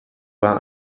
war